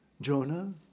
Jonah